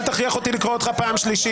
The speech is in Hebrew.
אני קורא אותך לסדר פעם שנייה.